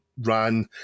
ran